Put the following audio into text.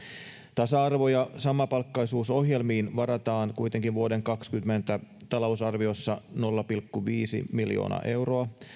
tasa arvo ja samapalkkaisuusohjelmiin varataan kuitenkin vuoden kaksikymmentä talousarviossa nolla pilkku viisi miljoonaa euroa